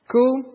Cool